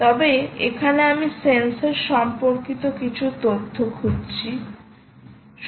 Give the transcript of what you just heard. তবে এখানে আমি সেন্সর সম্পর্কিত কিছু তথ্য খুঁজছি